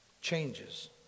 Changes